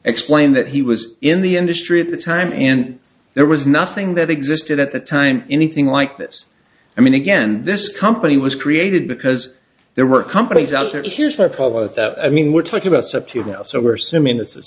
explained that he was in the industry at the time and there was nothing that existed at the time anything like this i mean again this company was created because there were companies out there is here's my problem with that i mean we're talking about septa you know so we're so mean this i